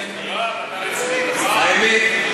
האמת,